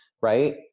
right